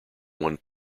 one